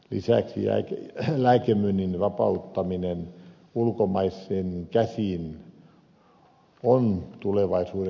lisäksi lääkemyynnin vapauttaminen ulkomaisiin käsiin on tulevaisuudessa mahdollista